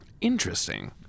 Interesting